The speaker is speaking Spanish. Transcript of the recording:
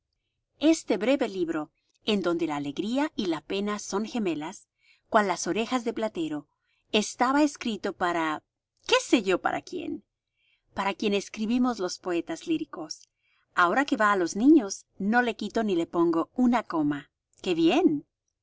este breve libro en donde la alegría y la pena son gemelas cual las orejas de platero estaba escrito para qué sé yo para quién para quien escribimos los poetas líricos ahora que va á los niños no le quito ni le pongo una coma qué bien